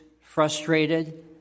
frustrated